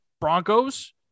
Broncos